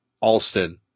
Alston